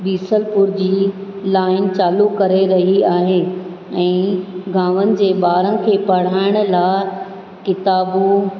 बीसलपुर जी लाईन चालू करे रही आहे ऐं गांवनि जे ॿारनि खे पढ़ाइण लाइ किताबूं